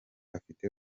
afite